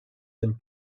them